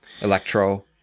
Electro